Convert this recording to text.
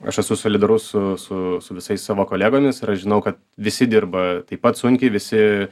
aš esu solidarus su su su visais savo kolegomis ir aš žinau kad visi dirba taip pat sunkiai visi